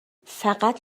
فقط